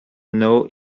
know